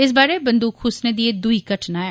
इस बारै बंदूख खुसने दी एह दूई घटना ऐ